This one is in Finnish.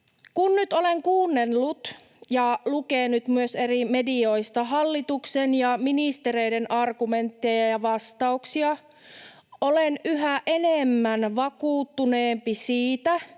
Kun nyt olen kuunnellut ja lukenut myös eri medioista hallituksen ja ministereiden argumentteja ja vastauksia, olen yhä vakuuttuneempi siitä,